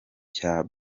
cya